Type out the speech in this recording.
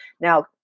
Now